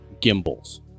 gimbals